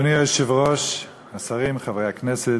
אדוני היושב-ראש, השרים, חברי הכנסת,